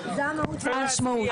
המהות וזאת המשמעות.